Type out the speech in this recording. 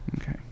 Okay